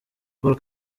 paul